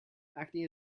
acne